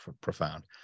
profound